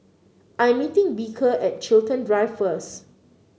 I am meeting Beecher at Chiltern Drive first